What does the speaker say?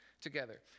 together